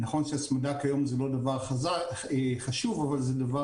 נכון שההצמדה כיום זה לא דבר חשוב אבל זה דבר